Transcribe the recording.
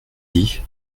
dit